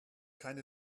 keine